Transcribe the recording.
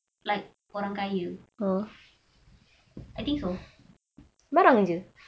like orang kaya I think so